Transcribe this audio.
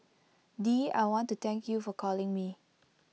dee I want to thank you for calling me